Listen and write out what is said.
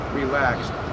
relaxed